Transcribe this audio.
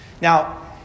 Now